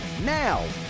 Now